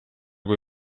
kui